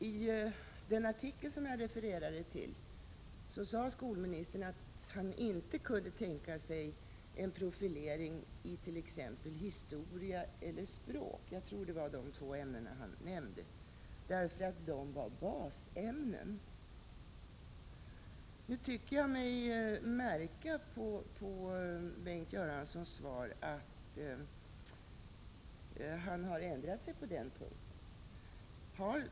I den artikel som jag refererade till tidigare sade skolministern att han inte kunde tänka sig en profilering i t.ex. historia eller språk, jag tror att det var de två ämnen han nämnde, därför att de är basämnen. Nu tycker jag mig märka av Bengt Göranssons svar att han har ändrat sig på den punkten.